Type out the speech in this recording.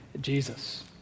Jesus